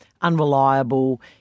Unreliable